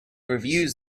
reviews